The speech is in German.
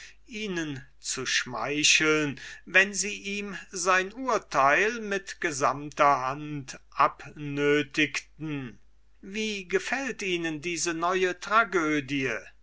ihnen zu schmeicheln wenn sie ihm sein urteil mit gesamter hand abnötigten wie gefällt ihnen diese neue tragödie